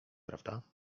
prawda